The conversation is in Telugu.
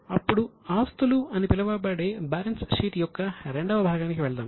ఇప్పుడు ఆస్తులు అని పిలువబడే బ్యాలెన్స్ షీట్ యొక్క II భాగానికి వెళ్దాం